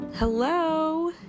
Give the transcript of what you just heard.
Hello